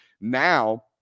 Now